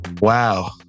wow